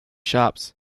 shops